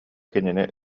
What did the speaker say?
кинини